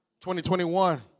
2021